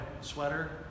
sweater